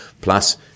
plus